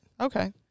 Okay